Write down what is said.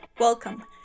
Welcome